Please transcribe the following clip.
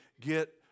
get